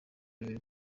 bibiri